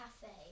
cafe